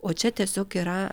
o čia tiesiog yra